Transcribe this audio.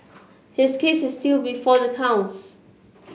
his case is still before the courts